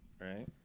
right